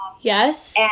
yes